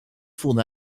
voelde